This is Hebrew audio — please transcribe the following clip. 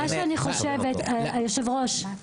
אדוני היושב-ראש,